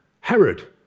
Herod